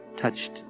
touched